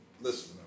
Listen